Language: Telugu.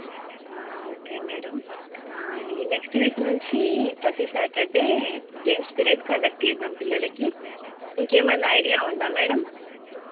ఓకే మేడం ఈ నెక్స్ట్ వీక్ నుంచి ప్రతీ సాటర్డే గేమ్స్ పిరియడ్ కన్డక్ట్ చేద్దాం పిల్లలకి ఇంకేమయినా ఐడియా ఉందా మేడం